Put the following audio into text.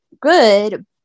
good